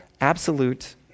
absolute